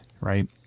right